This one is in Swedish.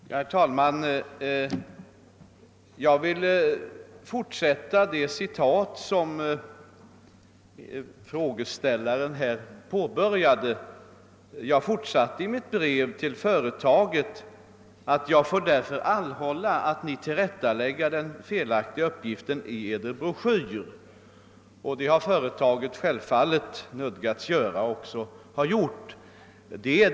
Herr talman! Jag vill fortsätta det citat som frågeställaren påbörjade. I mitt brev till företaget skrev jag nämligen vidare: »Jag får därför anhålla att Ni tillrättalägger den felaktiga uppgiften i Eder broschyr.« Det har företaget självfallet också nödgats göra.